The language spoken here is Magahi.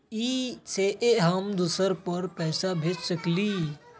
इ सेऐ हम दुसर पर पैसा भेज सकील?